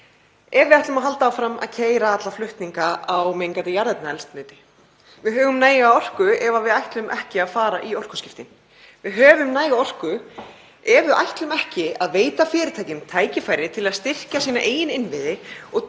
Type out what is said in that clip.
ef við ætlum að halda áfram að keyra alla flutninga á mengandi jarðefnaeldsneyti. Við höfum næga orku ef við ætlum ekki að fara í orkuskipti. Við höfum næga orku ef við ætlum ekki að veita fyrirtækjum tækifæri til að styrkja eigin innviði og tryggja